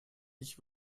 ich